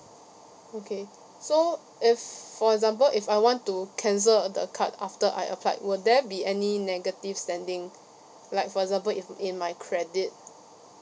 okay so if for example if I want to cancel the card after I applied will there be any negative standing like for example if in my credit